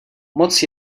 moc